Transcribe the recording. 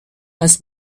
als